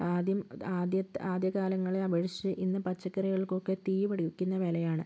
ആദ്യം ആദ്യത്തെ ആദ്യ കാലങ്ങളെ അപേക്ഷിച്ച് ഇന്ന് പച്ചക്കറികൾക്കൊക്കെ തീ പിടിപ്പിക്കുന്ന വിലയാണ്